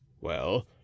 Well